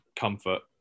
comfort